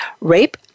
rape